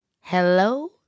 Hello